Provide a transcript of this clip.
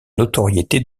notoriété